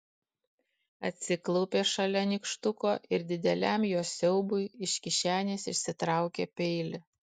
atsiklaupė šalia nykštuko ir dideliam jo siaubui iš kišenės išsitraukė peilį